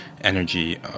energy